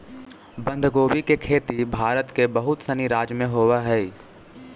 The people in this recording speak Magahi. बंधगोभी के खेती भारत के बहुत सनी राज्य में होवऽ हइ